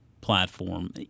Platform